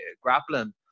grappling